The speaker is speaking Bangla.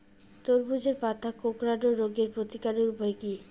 তরমুজের পাতা কোঁকড়ানো রোগের প্রতিকারের উপায় কী?